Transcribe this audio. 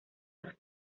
los